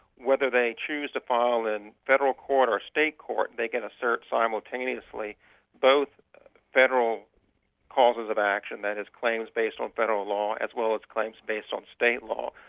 whether they choose to file in federal court or state court, they can assert simultaneously both federal causes of action, that is claims based on federal law, as well as claims based on state law.